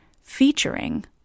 featuring